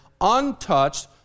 untouched